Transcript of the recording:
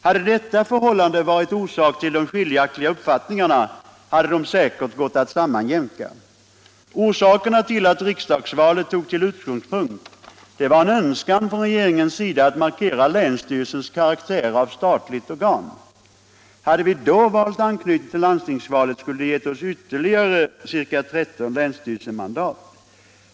Hade detta förhållande varit orsaken till de skiljaktiga uppfattningarna hade de säkert gått att sammanjämka. Orsaken till att riksdagsvalet togs till utgångspunkt var en önskan från regeringens sida att markera länsstyrelsens karaktär av statligt organ. Hade vi då valt anknytning till landstingsvalet, skulle det ha gett oss ytterligare ca 13 länsstyrelsemandat.